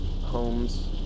homes